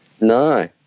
No